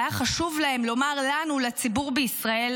והיה חשוב להם לומר לנו, לציבור בישראל,